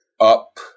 up